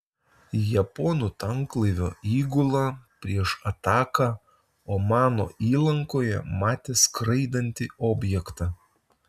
japonų tanklaivio įgula prieš ataką omano įlankoje matė skraidantį objektą